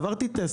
עברתי טסט,